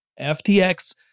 FTX